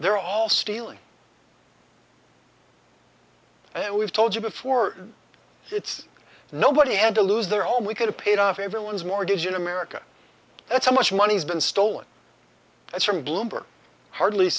they're all stealing and we've told you before it's nobody had to lose their home we could have paid off everyone's mortgage in america that's how much money has been stolen from bloomberg hardly